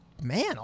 man